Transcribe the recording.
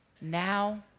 now